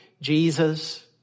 Jesus